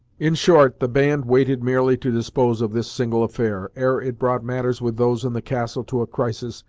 in short the band waited merely to dispose of this single affair, ere it brought matters with those in the castle to a crisis,